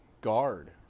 guard